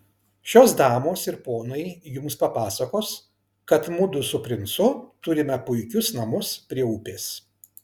šios damos ir ponai jums papasakos kad mudu su princu turime puikius namus prie upės